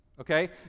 okay